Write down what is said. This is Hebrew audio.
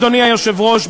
אדוני היושב-ראש,